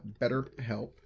BetterHelp